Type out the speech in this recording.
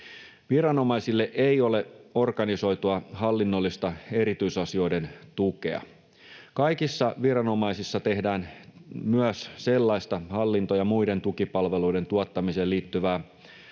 Viranomaisille ei ole organisoitua hallinnollista erityisasioiden tukea. Kaikissa viranomaisissa tehdään myös sellaista hallinto- ja muiden tukipalveluiden tuottamiseen liittyvää hommaa,